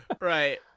right